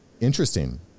Interesting